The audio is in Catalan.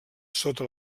sota